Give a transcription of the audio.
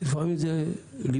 לפעמים זה בלילה,